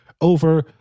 over